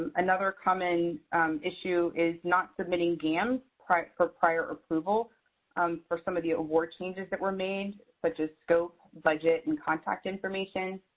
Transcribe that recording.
um another common issue is not submitting gams for prior approval um for some of the award changes that were made, but just scope, budget, and contact information.